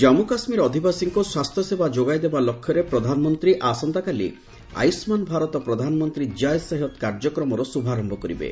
ଜାମ୍ମୁ କାଶ୍ମୀର୍ ଅଧିବାସୀଙ୍କୁ ସ୍ୱାସ୍ଥ୍ୟସେବା ଯୋଗାଇଦେବା ଲକ୍ଷ୍ୟରେ ପ୍ରଧାନମନ୍ତ୍ରୀ ଆସନ୍ତାକାଲି ଆୟୁଷ୍ମାନ୍ ଭାରତ ପ୍ରଧାନମନ୍ତ୍ରୀ ଜୟ ସେହତ୍ କାର୍ଯ୍ୟକ୍ମର ଶ୍ରଭାରମ୍ଭ କରିବେ